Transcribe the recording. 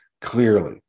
clearly